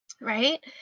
right